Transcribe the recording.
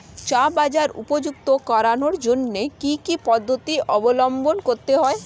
চা বাজার উপযুক্ত করানোর জন্য কি কি পদ্ধতি অবলম্বন করতে হয়?